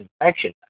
infection